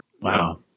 Wow